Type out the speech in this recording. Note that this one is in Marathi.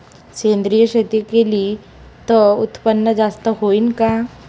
सेंद्रिय शेती केली त उत्पन्न जास्त होईन का?